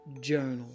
Journal